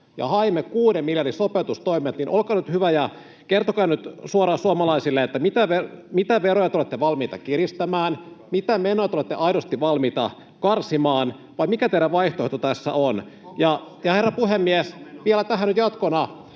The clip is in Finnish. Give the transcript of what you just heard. ja haimme kuuden miljardin sopeutustoimet, joten olkaa hyvä ja kertokaa nyt suoraan suomalaisille, mitä veroja te olette valmiita kiristämään, mitä menoja te olette aidosti valmiita karsimaan vai mikä teidän vaihtoehtonne tässä on. Herra puhemies! Vielä tähän nyt jatkona: